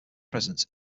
presence